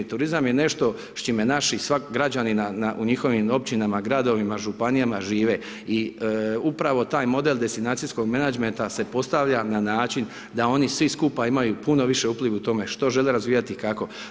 Turizam je nešto s čime naši građani na, na u njihovim općinama, gradovima, županijama žive i upravo taj model destinacijskog menadžmenta se postavlja na način da oni svi skupa imaju puno više upliv u tome što žele razvijati i kako.